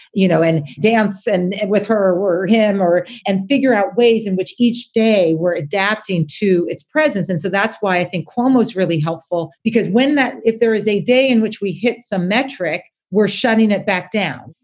you know, and dance and and with her or him or and figure out ways in which each day we're adapting to its presence. and so that's why i think cuomo is really helpful, because when that if there is a day in which we hit some metric, we're shutting it back down.